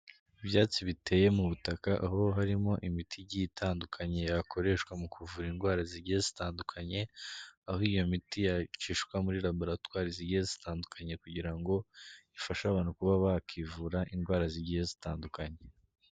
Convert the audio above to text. Ibyatsi biteye mu butaka aho harimo imiti igiye itandukanye yakoreshwa mu kuvura indwara zigiye zitandukanye, aho iyo miti yacishwa muri laboratware zigiye zitandukanye kugira ngo ifashe abantu kuba bakivura indwara zigiye zitandukanye.